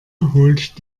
holt